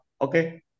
Okay